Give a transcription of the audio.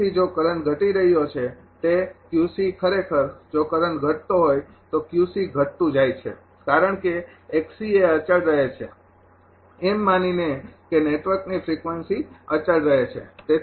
તેથી જો કરંટ ઘટી રહ્યો છે તે ખરેખર જો કરંટ ઘટતો હોય તો ઘટતું જાય છે કારણ કે એ અચળ રહે છે એમ માનીને કે નેટવર્કની ફ્રિકવન્સી અચળ રહે છે